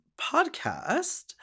podcast